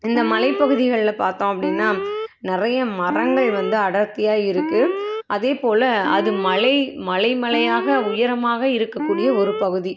இந்த மலைப்பகுதிகளில் பார்த்தோம் அப்படின்னா நிறைய மரங்கள் வந்து அடர்த்தியாக இருக்குது அதேபோல் அது மலை மலை மலையாக உயரமாக இருக்கக்கூடிய ஒரு பகுதி